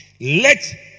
Let